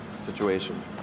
situation